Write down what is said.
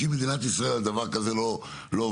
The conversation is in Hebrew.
שאם מדינת ישראל על דבר כזה לא עובדת